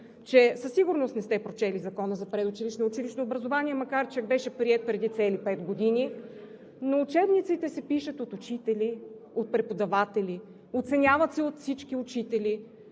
че със сигурност не сте прочели Закона за предучилищното и училищното образование, макар че беше приет преди цели пет години. Но учебниците се пишат от учители, от преподаватели; оценяват се от всички учители;